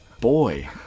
Boy